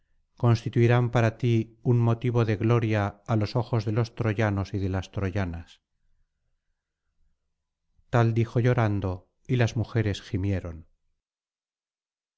constituirán para ti un motivo de gloria á los ojos de los troyanos y de las troyanas tal dijo llorando y las mujeres gimieron